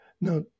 Now